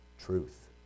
truth